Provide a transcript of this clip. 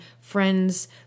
friends